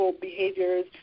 behaviors